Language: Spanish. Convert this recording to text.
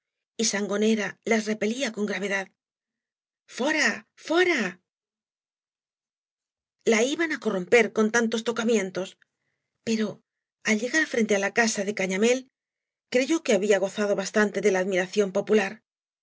y san gañera las repella coa gravedad fdra fdra la iban á corromper con tantos tocamientos pero al llegar frente á casa de gañamél creyó que había gozado bastante de la admiración popular